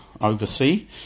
oversee